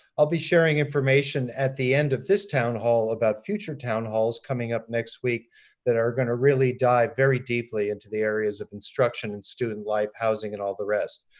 i'll be sharing information at the end of this town hall about future town halls coming up next week that are going to really dive very deeply into the areas of instruction and student life, housing, and all the rest.